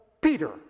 Peter